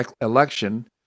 election